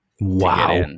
Wow